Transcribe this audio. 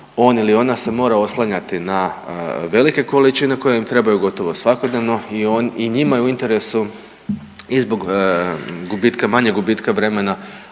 On ili ona se mora oslanjati na velike količine koje im trebaju gotovo svakodnevno i on i njima je u interesu i zbog gubitka, manjeg gubitka vremena,